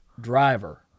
Driver